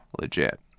legit